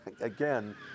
again